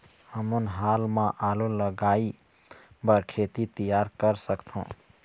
हमन हाल मा आलू लगाइ बर खेत तियार कर सकथों?